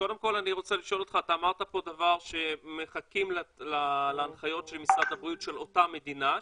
אתה אמרת פה דבר שמחכים להנחיות של משרד הבריאות של אותה מדינה,